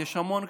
יש המון קשיים,